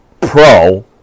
pro